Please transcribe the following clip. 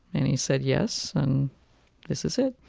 and he said yes, and this is it